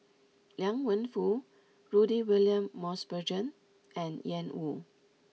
Liang Wenfu Rudy William Mosbergen and Ian Woo